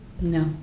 No